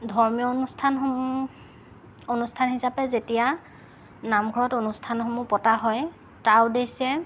ধৰ্মীয় অনুষ্ঠানসমূহ অনুষ্ঠান হিচাপে যেতিয়া নামঘৰত অনুষ্ঠানসমূহ পতা হয় তাৰ উদ্দেশ্যে